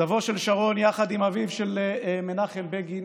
סבו של שרון יחד עם אביו של מנחם בגין